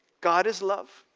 god is love.